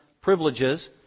privileges